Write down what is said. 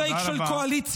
פייק של קואליציה.